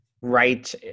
right